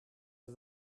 het